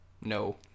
No